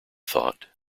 thought